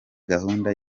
gahunda